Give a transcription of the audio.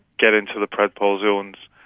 get into the predpol zones.